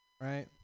right